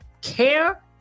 care